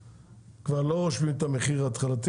כבר לא רושמים את המחיר ההתחלתי,